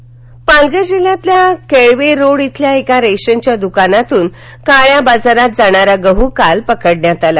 गडू पालघर जिल्ह्यातल्या केळवे रोड इथल्या एका रेशनच्या द्कानातून काळ्या बाजारात जाणारा गह काल पकडण्यात आला